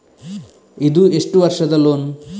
ಇದು ಎಷ್ಟು ವರ್ಷದ ಲೋನ್?